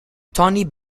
tony